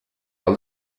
are